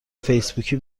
فیسبوکی